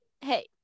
Hey